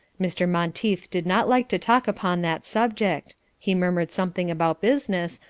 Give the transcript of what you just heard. mr. monteith did not like to talk upon that subject he murmured something about business,